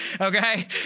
Okay